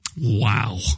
Wow